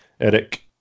Eric